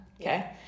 okay